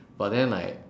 but then like